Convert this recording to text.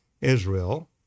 Israel